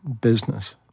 business